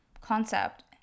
concept